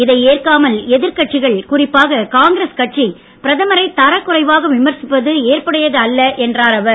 இதை ஏற்காமல் எதிர்க்கட்சிகள் குறிப்பாக காங்கிரஸ் கட்சி பிரதமரை தரக்குறைவாக விமர்சிப்பது எற்புடையது அல்ல என்றார் அவர்